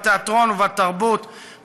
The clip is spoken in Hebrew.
בתיאטרון ובתרבות,